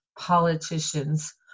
politicians